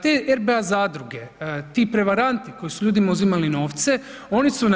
Te RBA zadruge, ti prevaranti koji su ljudima uzimali novce oni su na